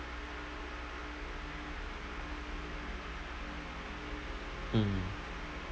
mm